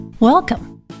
Welcome